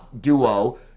duo